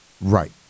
Right